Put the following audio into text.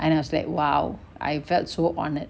and I was like !wow! I felt so honoured